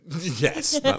Yes